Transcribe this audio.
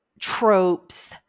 tropes